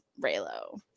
Raylo